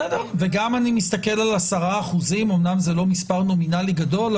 וגם אני מסתכל על 10%. אמנם זה לא מספר נומינלי גדול,